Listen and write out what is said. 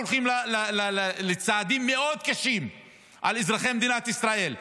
אנחנו הולכים לצעדים מאוד קשים על אזרחי מדינת ישראל,